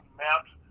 maps